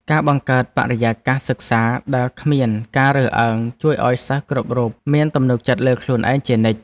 ការបង្កើតបរិយាកាសសិក្សាដែលគ្មានការរើសអើងជួយឱ្យសិស្សគ្រប់រូបមានទំនុកចិត្តលើខ្លួនឯងជានិច្ច។